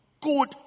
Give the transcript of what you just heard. good